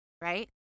right